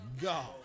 God